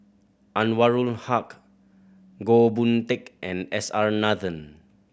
Anwarul Haque Goh Boon Teck and S R Nathan